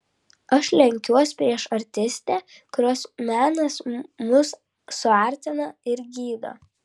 aš lenkiuos prieš artistę kurios menas mus suartina ir gydo